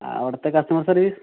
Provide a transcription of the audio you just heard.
അവിടുത്തെ customer service